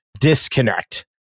disconnect